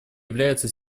является